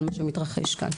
על מה שמתרחש כאן,